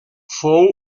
fou